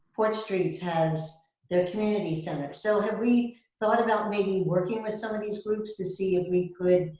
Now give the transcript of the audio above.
port street has their community center. so have we thought about maybe working with some of these groups to see if we could,